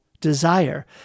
desire